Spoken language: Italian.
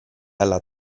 alla